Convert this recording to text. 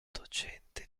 docente